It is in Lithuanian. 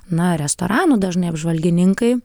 na restoranų dažnai apžvalgininkai